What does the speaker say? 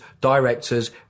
directors